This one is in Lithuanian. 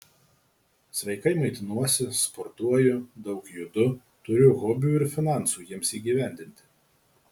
sveikai maitinuosi sportuoju daug judu turiu hobių ir finansų jiems įgyvendinti